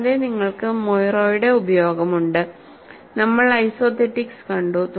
കൂടാതെ നിങ്ങൾക്ക് മൊയ്റോയുടെ ഉപയോഗം ഉണ്ട് നമ്മൾ ഐസോതെറ്റിക്സ് കണ്ടു